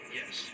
yes